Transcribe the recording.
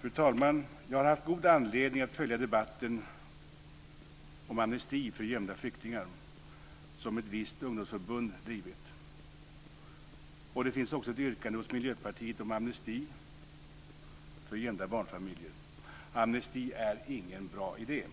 Fru talman! Jag har haft god anledning att följa debatten om amnesti för gömda flyktingar som ett visst ungdomsförbund drivit. Det finns också ett yrkande från Miljöpartiet om amnesti för gömda barnfamiljer. Amnesti är ingen bra idé.